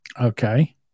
okay